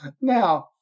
Now